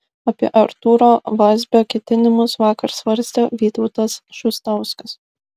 apie artūro vazbio ketinimus vakar svarstė vytautas šustauskas